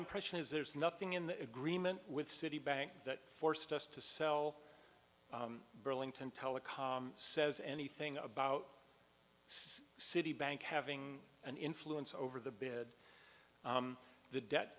impression is there's nothing in the agreement with citibank that forced us to sell burlington telecom says anything about citibank having an influence over the bid the debt